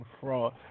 fraud